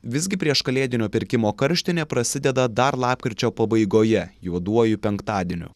visgi prieškalėdinio pirkimo karštinė prasideda dar lapkričio pabaigoje juoduoju penktadieniu